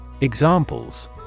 Examples